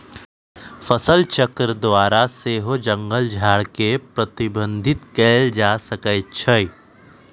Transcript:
फसलचक्र द्वारा सेहो जङगल झार के प्रबंधित कएल जा सकै छइ